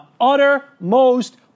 uttermost